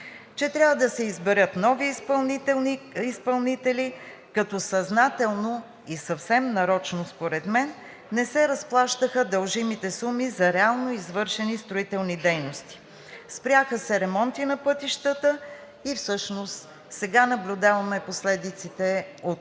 че трябва да се изберат нови изпълнители, като съзнателно и съвсем нарочно според мен не се разплащаха дължимите суми за реално извършени строителни дейности. Спряха се ремонти на пътищата и всъщност сега наблюдаваме последиците от